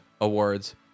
awards